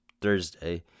Thursday